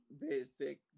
basic